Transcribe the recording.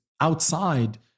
outside